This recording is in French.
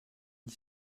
dit